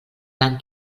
gran